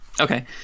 Okay